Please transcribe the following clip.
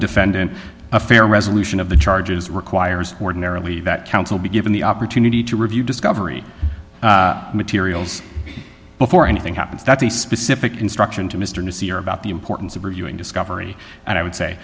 defendant a fair resolution of the charges requires ordinarily that counsel be given the opportunity to review discovery materials before anything happens that's a specific instruction to mr newsier about the importance of reviewing discovery and i would say